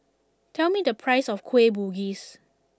tell me the price of Kueh Bugis